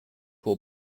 will